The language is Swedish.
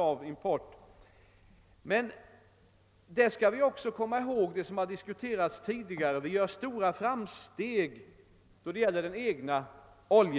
av import, men vi skall också komma ihåg att vår egen oljeväxtodling gör stora framsteg, såsom tidigare har nämnts.